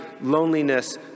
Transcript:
loneliness